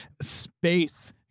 space